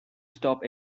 stop